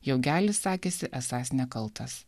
jaugelis sakėsi esąs nekaltas